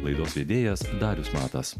laidos vedėjas darius matas